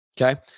okay